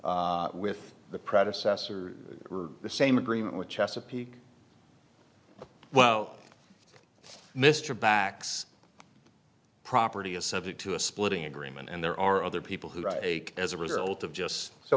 with the predecessor the same agreement with chesapeake well mr backs property is subject to a splitting agreement and there are other people who take as a result of just